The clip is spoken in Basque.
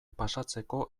pasatzeko